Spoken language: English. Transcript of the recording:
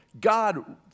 God